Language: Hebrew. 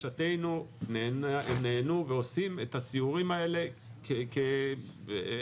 לבקשתנו הם נענו והם עושים את הסיורים האלה כאקס